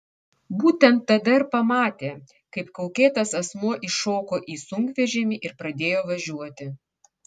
būtent tada ir pamatė kaip kaukėtas asmuo įšoko į sunkvežimį ir pradėjo važiuoti